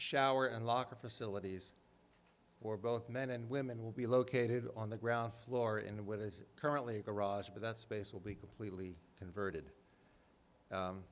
shower and locker facilities for both men and women will be located on the ground floor in what is currently a garage but that space will be completely converted